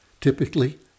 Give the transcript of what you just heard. typically